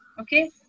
okay